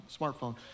smartphone